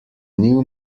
new